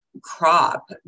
crop